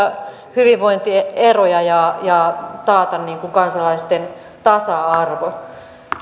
hyvinvointi eroja ja ja taata kansalaisten tasa arvo